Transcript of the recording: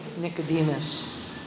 Nicodemus